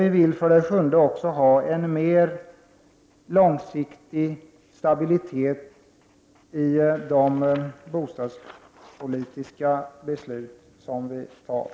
Vi vill för det sjunde också ha en mer långsiktig stabilitet i de bostadspolitiska beslut som vi fattar.